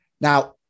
Now